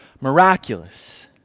miraculous